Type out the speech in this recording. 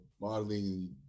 modeling